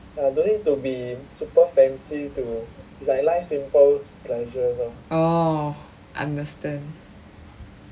orh understand